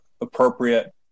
appropriate